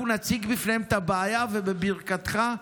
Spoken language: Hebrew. אנחנו נציג בפניהם את הבעיה, ובברכתך,